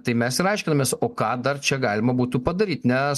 tai mes ir aiškinamės o ką dar čia galima būtų padaryti nes